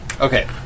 Okay